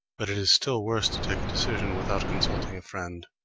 but it is still worse to take a decision without consulting a friend.